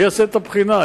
מי יעשה את הבחינה.